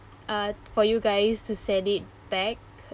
uh for you guys to send it back